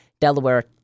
Delaware